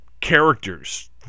characters